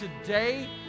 today